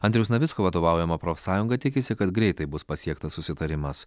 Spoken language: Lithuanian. andriaus navicko vadovaujama profsąjunga tikisi kad greitai bus pasiektas susitarimas